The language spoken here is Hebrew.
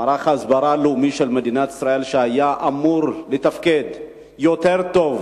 מערך ההסברה הלאומי של מדינת ישראל היה אמור לתפקד יותר טוב